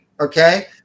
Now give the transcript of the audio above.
Okay